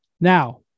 Now